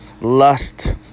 lust